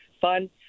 fun